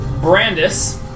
Brandis